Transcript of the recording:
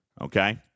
Okay